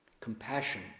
Compassion